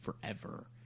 forever